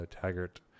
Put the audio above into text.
taggart